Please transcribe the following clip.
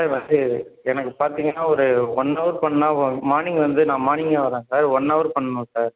sir வந்து எனக்கு பார்த்தீங்கன்னா ஒரு ஒன்னவர் பண்ணால் வ மார்னிங்லேருந்து நான் மார்னிங்கே வரேன் சார் ஒன்னவர் பண்ணனும் சார்